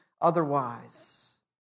otherwise